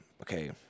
okay